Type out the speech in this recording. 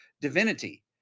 divinity